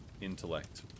intellect